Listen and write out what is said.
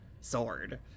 sword